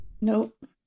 Nope